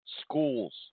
Schools